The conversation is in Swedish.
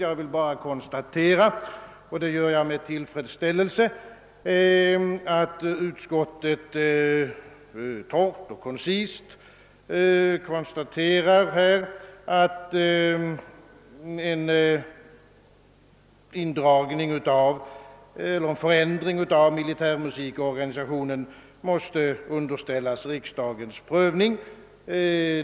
Jag vill bara fastställa, att utskottet kort och koncist konstaterar att en förändring av militärmusikorganisationen måste underställas riksdagens prövning.